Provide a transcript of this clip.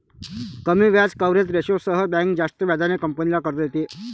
कमी व्याज कव्हरेज रेशोसह बँक जास्त व्याजाने कंपनीला कर्ज देते